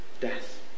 death